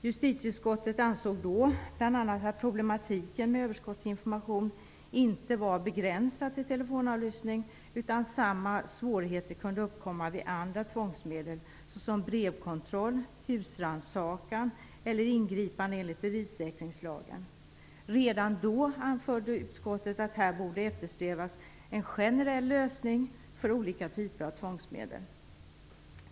Justitieutskottet ansåg då bl.a. att problematiken med överskottsinformation inte var begränsad till telefonavlyssning, utan samma svårigheter kunde uppkomma vid andra tvångsmedel, såsom brevkontroll, husrannsakan eller ingripande enligt bevissäkringslagen. Redan då anförde utskottet att här borde eftersträvas en generell lösning för olika typer av tvångsmedel.